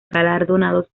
galardonados